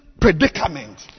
predicament